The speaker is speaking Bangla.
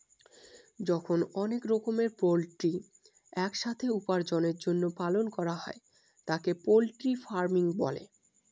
যখন অনেক রকমের পোল্ট্রি এক সাথে উপার্জনের জন্য পালন করা হয় তাকে পোল্ট্রি ফার্মিং বলে